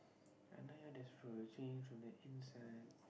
just for a change from the inside